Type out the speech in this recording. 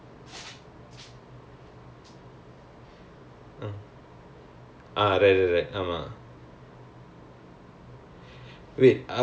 ya then அவங்க வந்து:avanga vanthu they have to do all three sciences because it's school of mathematics and science and then in the end she drop biology also because